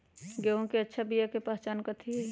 गेंहू के अच्छा बिया के पहचान कथि हई?